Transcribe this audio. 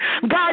God